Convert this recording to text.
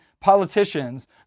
politicians